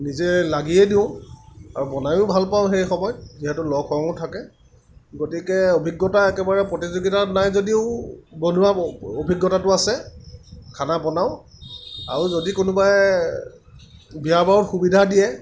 নিজে লাগিয়ে দিওঁ আৰু বনায়ো ভাল পাওঁ সেই সময়ত যিহেতু লগ সংগ থাকে গতিকে অভিজ্ঞতা একেবাৰে প্ৰতিযোগিতাত নাই যদিও বনোৱাৰ অভিজ্ঞতাটো আছে খানা বনাওঁ আৰু যদি কোনোবাই বিয়া বাৰুত সুবিধা দিয়ে